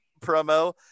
promo